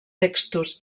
textos